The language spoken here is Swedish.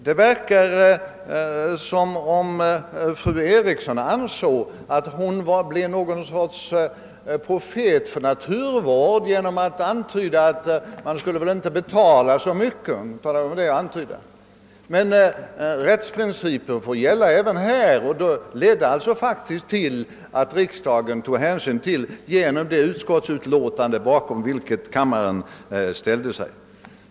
Det verkar som om fru Eriksson anser att hon blir något slags profet för naturvård genom att antyda att man väl inte skall betala så mycket. Men rättsprincipen måste gälla även härvidlag, och det tog riksdagen hänsyn till genom att ställa sig bakom ifrågavarande utskottsutlåtande.